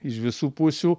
iš visų pusių